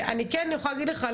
אני כן יכולה להגיד לך,